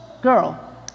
girl